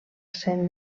saint